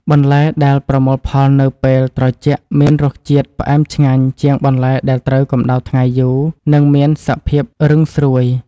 បន្លែដែលប្រមូលផលនៅពេលត្រជាក់មានរសជាតិផ្អែមឆ្ងាញ់ជាងបន្លែដែលត្រូវកម្ដៅថ្ងៃយូរ និងមានសភាពរឹងស្រួយ។